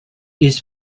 its